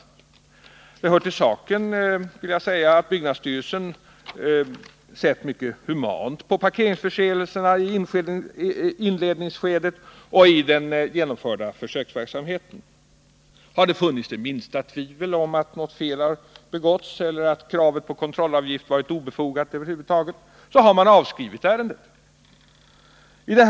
Det Måndagen den hör till saken, vill jag säga, att byggnadsstyrelsen sett mycket humant på 17 december 1979 parkeringsförseelserna i inledningsskedet och i den genomförda försöksverksamheten. Har det funnits minsta tvivel om att något fel begåtts eller att - Om parkeringskravet på kontrollavgift varit obefogat över huvud taget har man avskrivit — verksamheten vid ärendet.